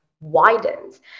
widens